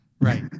Right